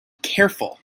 careful